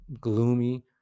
gloomy